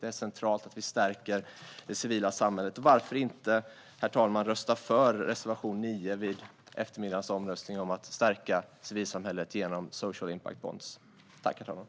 Det är centralt att vi stärker det civila samhället. Varför inte, herr talman, rösta för reservation 9 vid eftermiddagens omröstning om att stärka civilsamhället genom social impact bonds?